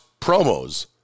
promos